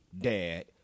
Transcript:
dad